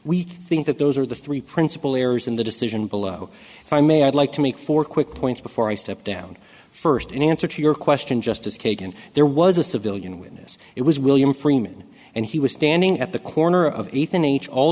we think that those are the three principle errors in the decision below if i may i'd like to make for quick points before i step down first in answer to your question justice kagan there was a civilian witness it was william freeman and he was standing at the corner of ethan each all